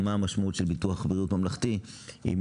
מה המשמעות של ביטוח בריאות ממלכתי אם